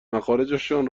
مخارجشان